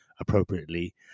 appropriately